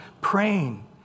praying